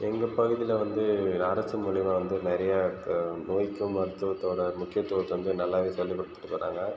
எங்கள் பகுதியில் வந்து அரசு மூலமாக வந்து நிறைய நோய்க்கும் மருத்துவத்தோட முக்கியத்துவத்தை வந்து நல்லாவே சொல்லி கொடுத்திட்டு வராங்க